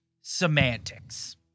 semantics